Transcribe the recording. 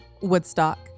Woodstock